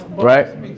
Right